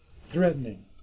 threatening